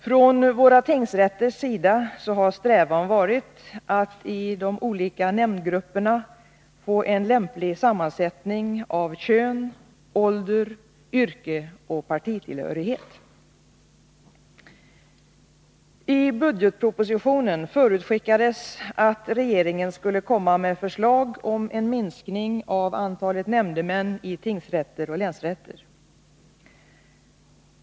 Från våra tingsrätters sida har strävan varit att i de olika nämndgrupperna få en lämplig sammansättning av kön, ålder, yrke och partitillhörighet. I budgetpropositionen förutskickades att regeringen skulle komma med förslag om en minskning av antalet nämndemän i tingsrätter och länsrätter.